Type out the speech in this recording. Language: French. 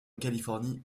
californie